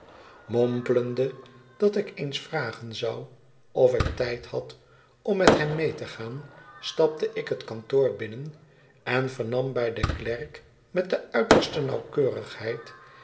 mompelende dat ik eens vragen zou of ik tijd had om met hem mee te gaan stapte ik het kantoor binnen en vernam bij den klerk met de uiterste nauwkeurigheid